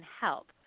help